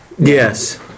Yes